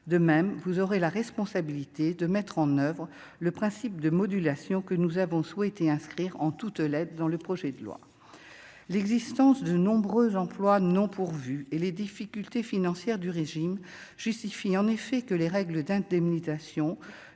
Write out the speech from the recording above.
de même, vous aurez la responsabilité de mettre en oeuvre le principe de modulation que nous avons souhaité inscrire en toute l'aide dont le projet de loi l'existence de nombreux emplois non pourvus et les difficultés financières du régime justifie en effet que les règles d'indemnisation